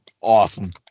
Awesome